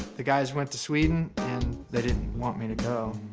the guys went to sweden and they didn't want me to go.